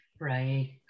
Right